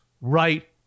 right